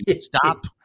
stop